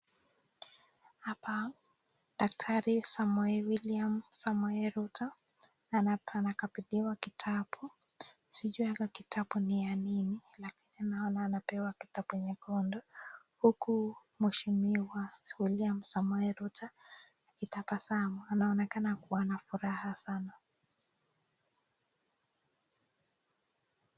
Hapa Daktari Samoei William Samoei Ruto anapeana kapediwa kitabu. Sijui hako kitabu ni ya nini lakini naona anapewa kitabu nyekundu. Huku Mheshimiwa William Samoei Ruto akitabasamu, anaonekana kuwa na furaha sana.